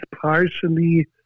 partially